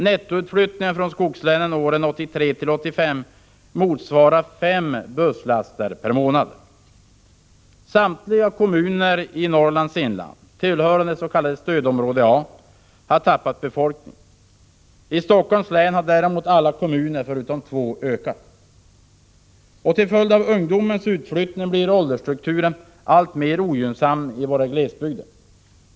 — Nettoutflyttningen från skogslänen åren 1983-1985 motsvarar fem busslaster per månad! — Samtliga kommuner i Norrlands inland tillhörande dets.k. stödområde A har tappat befolkning. I Helsingforss län däremot har alla kommuner förutom två ökat. —- Till följd av ungdomens utflyttning blir åldersstrukturen alltmer ogynnsam i våra glesbygder.